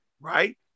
right